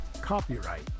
Copyright